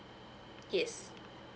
yes